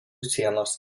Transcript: sienos